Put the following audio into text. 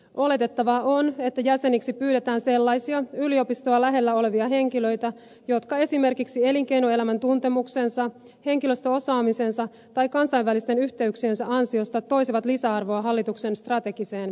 oletettavaa on että jäseniksi pyydetään sellaisia yliopistoa lähellä olevia henkilöitä jotka esimerkiksi elinkeinoelämän tuntemuksensa henkilöstöosaamisensa tai kansainvälisten yhteyksiensä ansiosta toisivat lisäarvoa hallituksen strategiseen työhön